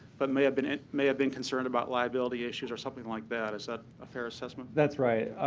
but may have been it may have been concerned about liability issues, or something like that. is that a fair assessment? that's right.